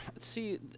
see